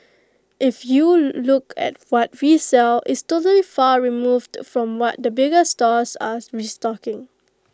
if you look at what we sell it's totally far removed from what the bigger stores are restocking